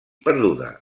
perduda